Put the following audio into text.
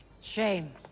Shame